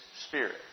Spirit